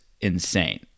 insane